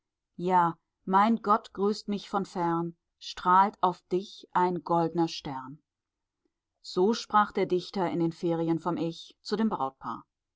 ja mein gott grüßt mich von fern strahlt auf dich ein goldner stern so sprach der dichter in den ferien vom ich zu dem brautpaar